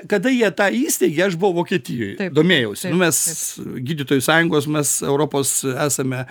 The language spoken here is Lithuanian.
kada jie tą įsteigė aš buvau vokietijoj domėjausi nu mes gydytojų sąjungos mes europos esame